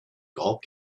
golf